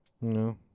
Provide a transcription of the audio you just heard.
No